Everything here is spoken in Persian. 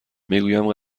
میگویم